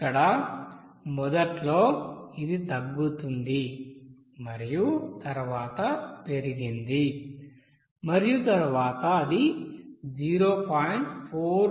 ఇక్కడ మొదట్లో ఇది తగ్గింది మరియు తరువాత పెరిగింది మరియు తరువాత అది 0